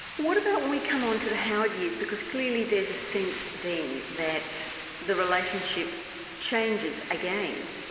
what about when we come on to the howard years, because clearly there's a sense then that the relationship changes again.